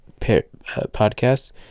podcasts